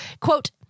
quote